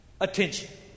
attention